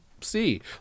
see